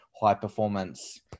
high-performance